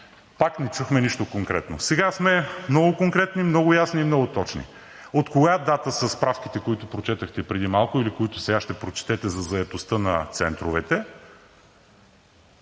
пак не чухме нищо конкретно. Сега сме много конкретни, много ясни и много точни. От коя дата са справките, които прочетохте преди малко или които сега ще прочетете, за заетостта на центровете?